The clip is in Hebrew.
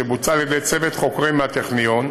שבוצע על ידי צוות חוקרים מהטכניון,